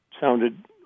sounded